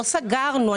לא סגרנו.